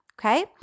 okay